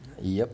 yup